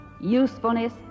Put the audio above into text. usefulness